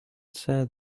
said